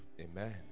Amen